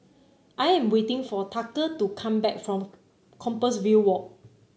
I am waiting for Tucker to come back from Compassvale Walk